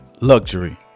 Luxury